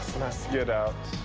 get out.